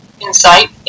insight